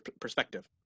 perspective